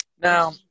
Now